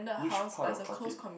which part of Khatib